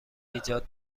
ایجاد